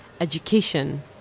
education